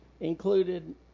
included